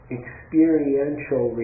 experiential